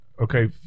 okay